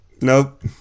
Nope